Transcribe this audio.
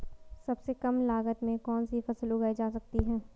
सबसे कम लागत में कौन सी फसल उगाई जा सकती है